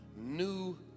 new